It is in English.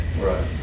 right